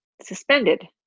suspended